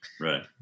Right